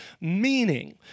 Meaning